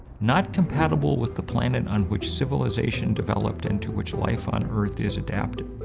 not compatible with the planet on which civilization developed and to which life on earth is adapted.